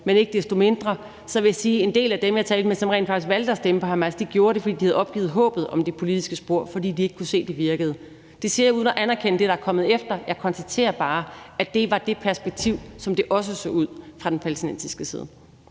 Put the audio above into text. men ikke desto mindre vil jeg sige, at en del af dem, jeg talte med, som rent faktisk valgte at stemme på Hamas, gjorde det, fordi de havde opgivet håbet om det politiske spor, fordi de ikke kunne se, det virkede. Det siger jeg uden at anerkende det, der er kommet efter. Jeg konstaterer bare, at det var det perspektiv, der var, og sådan, det også så ud fra den palæstinensiske side.